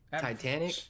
Titanic